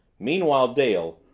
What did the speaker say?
meanwhile dale,